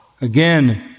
Again